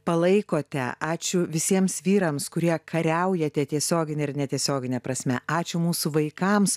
palaikote ačiū visiems vyrams kurie kariaujate tiesiogine ir netiesiogine prasme ačiū mūsų vaikams